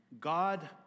God